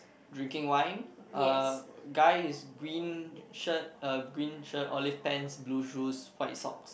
drinking wine uh guy is green shirt uh green shirt olive pants blue shoes white socks